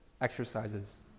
exercises